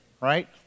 right